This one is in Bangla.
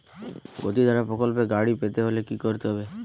গতিধারা প্রকল্পে গাড়ি পেতে হলে কি করতে হবে?